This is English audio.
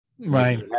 Right